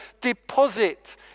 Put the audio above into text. deposit